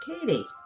Katie